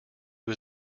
was